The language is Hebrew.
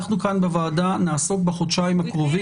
אנחנו נעסוק בחודשיים הקרובים